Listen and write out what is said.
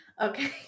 Okay